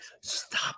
Stop